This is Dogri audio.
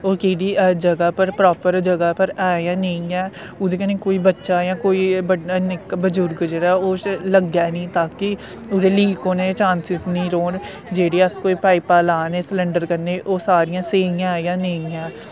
ओह् केह्ड़ी जगह पर प्रापर जगह पर ऐ जां नेई ऐ ओह्दे कन्नै कोई बच्चा जां कोई बड्डा निक्का बुजुर्ग जेह्ड़ा ऐ उस लग्गे नेईं ताकि एह् जेह्ड़ी लीक होने दे चांसेस नी रौह्न जेह्ड़े अस कोई पाइपां लान्ने सिलंडर कन्नै ओह् सारियां स्हेई ऐ जां नेईं ऐ